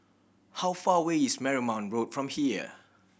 how far away is Marymount Road from here